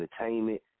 entertainment